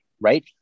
Right